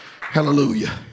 hallelujah